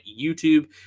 YouTube